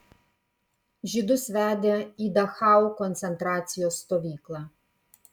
žydus vedė į dachau koncentracijos stovyklą